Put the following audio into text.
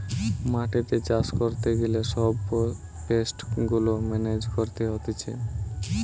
মাটিতে চাষ করতে গিলে সব পেস্ট গুলা মেনেজ করতে হতিছে